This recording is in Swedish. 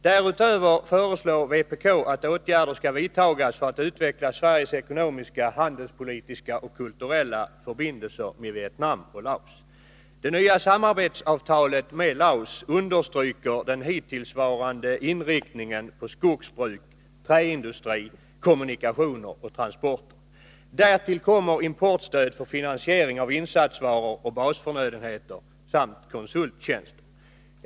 Därutöver föreslår vpk att åtgärder skall vidtas för att utveckla Sveriges ekonomiska, handelspolitiska och kulturella förbindelser med Vietnam och Laos. Det nya samarbetsavtalet med Laos understryker den hittillsvarande inriktningen på skogsbruk, träindustri, kommunikationer och transporter. Därtill kommer importstöd för finansiering av insatsvaror och basförnödenheter samt konsulttjänster.